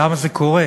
למה זה קורה?